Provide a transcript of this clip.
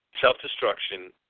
Self-destruction